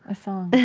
a song